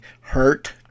hurt